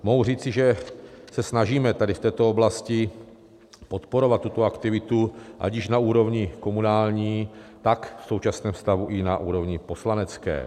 Mohu říci, že se snažíme v této oblasti podporovat tuto aktivitu ať již na úrovni komunální, tak v současném stavu i na úrovni poslanecké.